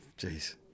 Jeez